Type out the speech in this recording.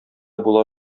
була